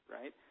right